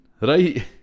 right